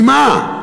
ממה?